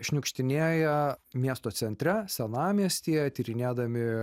šniukštinėja miesto centre senamiestyje tyrinėdami